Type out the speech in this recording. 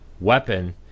weapon